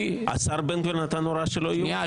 השר בן גביר נתן הוראה שלא יהיו מסיבות.